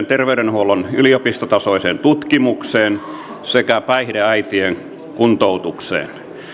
terveydenhuollon yliopistotasoiseen tutkimukseen sekä päihdeäitien kuntoutukseen